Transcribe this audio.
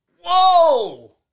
Whoa